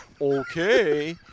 Okay